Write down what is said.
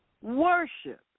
Worship